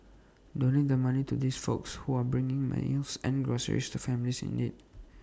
donate money to these folks who are bringing meals and groceries to families in need